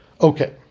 Okay